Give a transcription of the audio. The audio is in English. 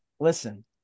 Listen